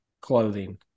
clothing